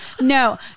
No